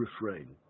refrain